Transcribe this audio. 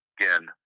Again